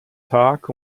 tag